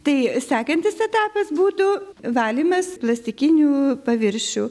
tai sekantis etapas būtų valymas plastikinių paviršių